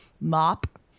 mop